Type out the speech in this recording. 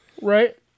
Right